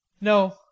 No